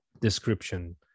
description